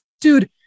dude